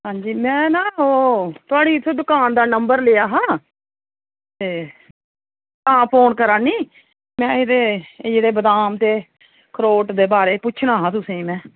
हां जी मैं न ओह् थुआढ़ी इत्थूं दकान दा नंबर लेआ हा ते तां फोन करै नी मैं एह्दे एह् जेह्ड़े बदाम ते अखरोट दे बारे पुच्छ्ना हां तुसेंगी मैं